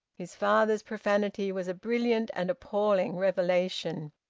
his father's profanity was a brilliant and appalling revelation.